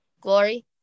glory